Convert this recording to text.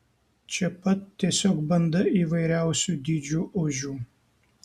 čia pat tiesiog banda įvairiausių dydžių ožių